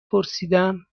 پرسیدم